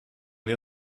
wir